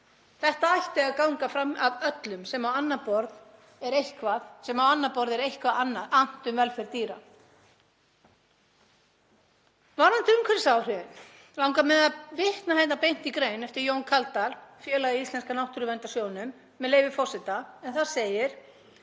Þetta ætti að ganga fram af öllum sem á annað borð er eitthvað annt um velferð dýra. Varðandi umhverfisáhrifin þá langar mig að vitna beint í grein eftir Jón Kaldal, félaga í Íslenska náttúruverndarsjóðnum, með leyfi forseta, en þar segir: